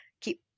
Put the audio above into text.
keep